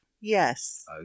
Yes